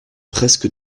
presque